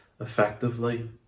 effectively